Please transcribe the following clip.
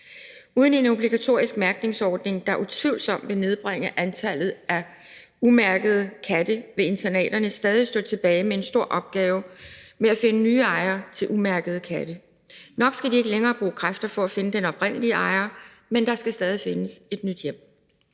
Uden en obligatorisk mærkningsordning, der utvivlsomt vil nedbringe antallet af umærkede katte, vil internaterne stadig stå tilbage med en stor opgave med at finde nye ejere til umærkede katte. Nok skal de ikke længere bruge kræfter på at finde den oprindelige ejer, men der skal stadig findes et nyt hjem.